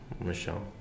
Michelle